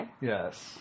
Yes